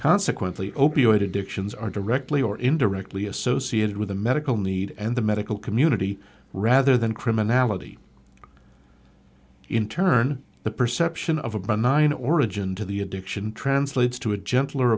consequently opioid addictions are directly or indirectly associated with a medical need and the medical community rather than criminality in turn the perception of about nine origin to the addiction translates to a gentler